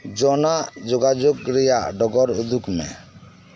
ᱡᱚᱱᱟᱜ ᱡᱚᱜᱟᱡᱳᱜᱽ ᱨᱮᱭᱟᱜ ᱰᱚᱜᱚᱨ ᱩᱫᱩᱜᱽ ᱢᱮ